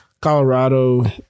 Colorado